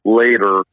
later